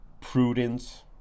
prudence